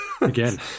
Again